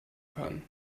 kann